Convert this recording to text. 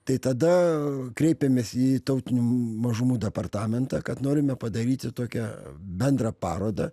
tai tada kreipėmės į tautinių mažumų departamentą kad norime padaryti tokią bendrą parodą